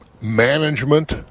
management